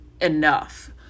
enough